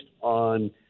on